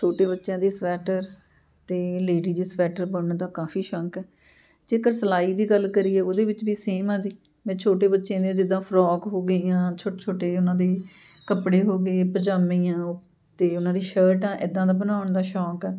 ਛੋਟੇ ਬੱਚਿਆਂ ਦੀ ਸਵੈਟਰ ਅਤੇ ਲੇਡੀਜ ਸਵੈਟਰ ਬੁਣਨ ਦਾ ਕਾਫ਼ੀ ਸ਼ੌਕ ਆ ਜੇਕਰ ਸਿਲਾਈ ਦੀ ਗੱਲ ਕਰੀਏ ਉਹਦੇ ਵਿੱਚ ਵੀ ਸੇਮ ਆ ਜੀ ਮੈਂ ਛੋਟੇ ਬੱਚਿਆਂ ਦੀਆਂ ਜਿੱਦਾਂ ਫਰੋਕ ਹੋ ਗਈਆਂ ਛੋਟੇ ਛੋਟੇ ਉਹਨਾਂ ਦੇ ਕੱਪੜੇ ਹੋ ਗਏ ਪਜਾਮੀਆਂ ਉਹ ਅਤੇ ਉਹਨਾਂ ਦੀ ਸ਼ਰਟ ਆ ਇੱਦਾਂ ਦਾ ਬਣਾਉਣ ਦਾ ਸ਼ੌਂਕ ਆ